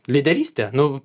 lyderystė nu